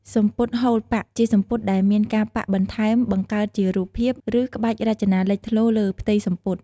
សំពត់ហូលប៉ាក់ ជាសំពត់ដែលមានការប៉ាក់បន្ថែមបង្កើតជារូបភាព ឬក្បាច់រចនាលេចធ្លោលើផ្ទៃសំពត់។